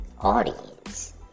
audience